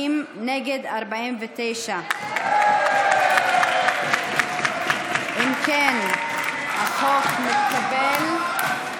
50. נגד, 49. אם כן, החוק מתקבל.